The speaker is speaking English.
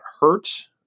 hurt